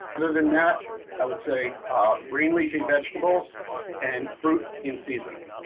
other than that i would say green leafy vegetables and fruit in season.